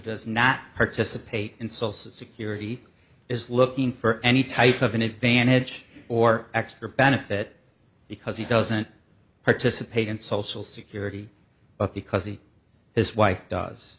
does not participate in so security is looking for any type of an advantage or extra benefit because he doesn't participate in social security but because he his wife does